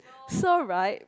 so right